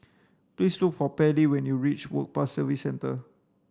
please look for Pairlee when you reach Work Pass Services Centre